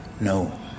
No